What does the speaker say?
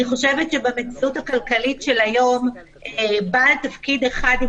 אני חושבת שבמציאות הכלכלית של היום בעל תפקיד אחד עם